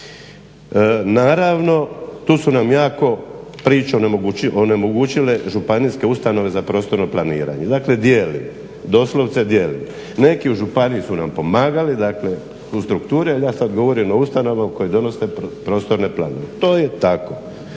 Naravno, tu su nam jako priču onemogućile županijske ustanove za prostorno planiranje, dakle dijeli, doslovce dijeli. Neki u županiji su nam pomagali, dakle oko strukture, ali ja sad govorim o ustanovama koje donose prostorne planove. To je tako